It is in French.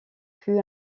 fut